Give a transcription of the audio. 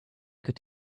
could